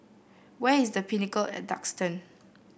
where is The Pinnacle at Duxton